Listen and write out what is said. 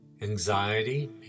Anxiety